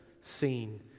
seen